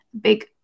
big